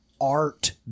art